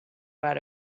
out